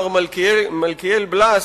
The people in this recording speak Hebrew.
מר מלכיאל בלס,